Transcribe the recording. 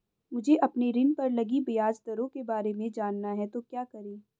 मुझे अपने ऋण पर लगी ब्याज दरों के बारे में जानना है तो क्या करें?